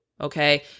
okay